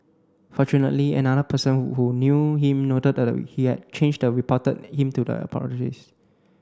fortunately another person who knew him noted that he had changed and reported him to the authorities